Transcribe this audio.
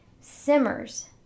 simmers